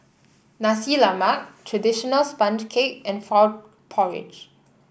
Nasi Lemak traditional sponge cake and Frog Porridge